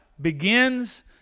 begins